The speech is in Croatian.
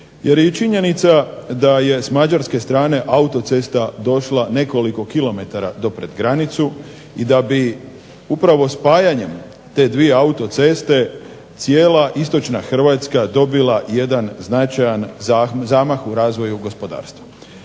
jer je i činjenica da je s mađarske strane autocesta došla nekoliko kilometara do pred granicu i da bi upravo spajanjem te dvije autoceste cijela istočna Hrvatska dobila jedan značajan zamah u razvoju gospodarstva.